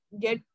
get